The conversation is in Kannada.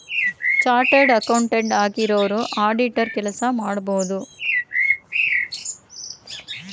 ಚಾರ್ಟರ್ಡ್ ಅಕೌಂಟೆಂಟ್ ಆಗಿರೋರು ಆಡಿಟರ್ ಕೆಲಸ ಮಾಡಬೋದು